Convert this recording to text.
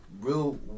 real